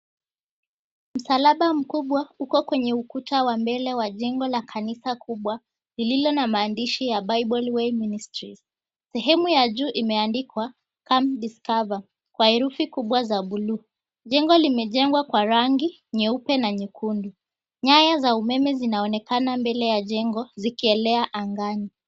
Msalaba mkubwa uko kwenye ukuta wa mbele wa jengo la kanisa kubwa lililo na maandishi la bible way of ministry . sehemu imeandikwa, COME DISCOVER , kwa herufi kubwa za blue . Jengo limejengwa kwa rangi nyeupe na nyekundu. Nyaya za umeme zinaonekana mbele ya jengo zikielea angali.